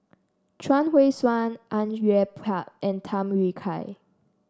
Chuang Hui Tsuan Au Yue Pak and Tham Yui Kai